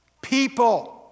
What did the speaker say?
People